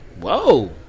whoa